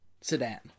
sedan